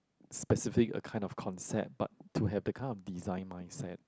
specific a kind of concept but to have that kind of design mindset